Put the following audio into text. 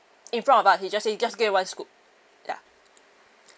in front of us he just say you just give them one scoop ya